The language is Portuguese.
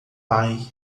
pai